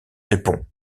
répond